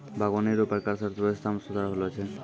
बागवानी रो प्रकार से अर्थव्यबस्था मे सुधार होलो छै